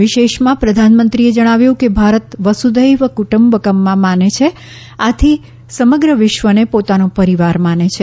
વિશેષમાં પ્રધાનમંત્રીએ જણાવ્યું કે ભારત વસુંઘૈવ કુટુંબકમ પરંપરામાં માને છે આથી સમગ્ર વિશ્વને પોતાનો પરિવાર માને છે